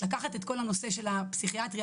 לקחת את כל הנושא של הפסיכיאטריה